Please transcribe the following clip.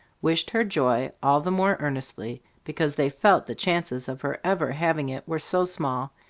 wished her joy all the more earnestly, because they felt the chances of her ever having it were so small,